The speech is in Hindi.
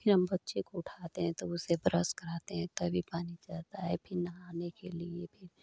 फिर हम बच्चे को उठाते हैं तो उसे ब्रश कराते हैं तभी पानी जाता है फिर नहाने के लिए फिर